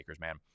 man